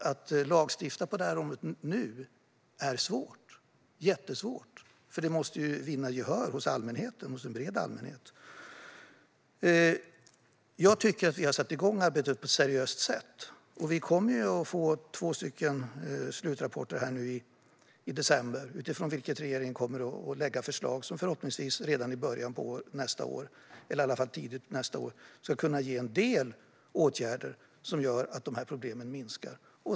Att nu lagstifta på området är jättesvårt, för det måste vinna gehör hos en bred allmänhet. Vi har satt igång arbetet på ett seriöst sätt. Vi kommer att få två slutrapporter nu i december utifrån vilka regeringen kommer att lägga fram förslag som förhoppningsvis tidigt nästa år ska kunna ge en del åtgärder som gör att problemen minskar.